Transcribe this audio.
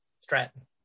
Stratton